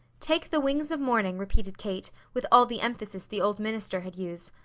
take the wings of morning, repeated kate, with all the emphasis the old minister had used.